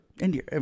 india